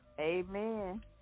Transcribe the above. amen